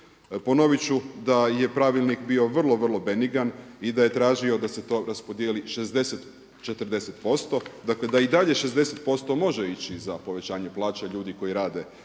Ponovit ću, da je pravilnik bio vrlo, vrlo benigan i da je tražio da se to raspodijeli 60-40%, dakle da i dalje 60% može ići za povećanje plaća ljudi koji rade